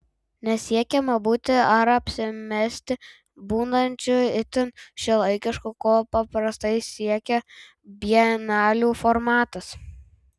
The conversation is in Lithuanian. nesiekiama būti ar apsimesti būnančiu itin šiuolaikišku ko paprastai siekia bienalių formatas